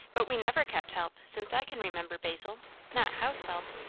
but we never kept help, since i can remember, basil not house help.